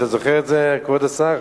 אתה זוכר את זה, כבוד השר?